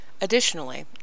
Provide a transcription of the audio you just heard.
Additionally